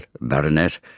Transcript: Baronet